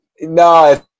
No